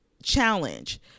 challenge